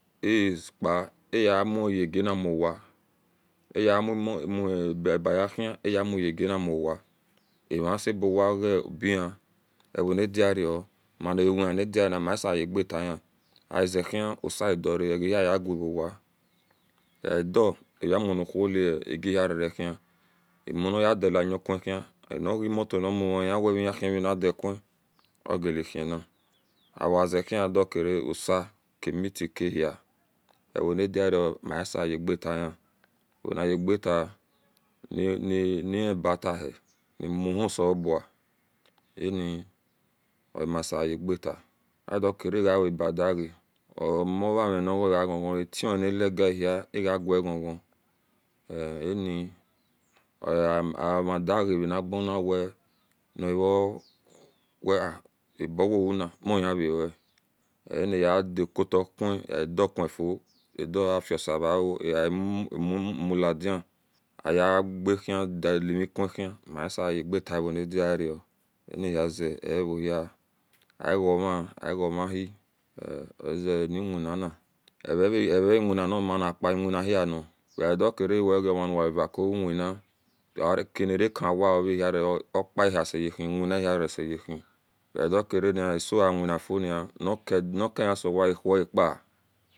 epa ayemoyaranibowa aye allemobayahie eye muyaganibowa arasabowa ogobehi oronadio maniuna adina masabo yegetahin azehin osiedora ewohiaga oge vowa agaedoo ayamu nohuwo agan rereni amona yadiale una furen anogemoter namurun eya eehiena dakune ogetahina ogazehio kidi osi kmiti kahie ewonadaro masabo yegatama ehoniyegata na hibatah nimohosebua an masei, egata adokera agaw badige te omo rami nige aga ghon ghon atini nalagahi ghon ghon eani omadigaranigeni adoafosero agamulidin ayeaghi dalimi kuhi nn masayegabamo nodio anihize opohia agomahi oaze aniwina na evewina nimapa iwinahia no wedokare wegidokerewe gaomau wacowina kinarerkewao oehirere opanahini iwina ahiseyehi weadikere ni asoawinifio pokeniso wani awiapa